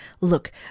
Look